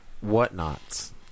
Whatnots